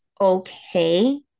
okay